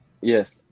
Yes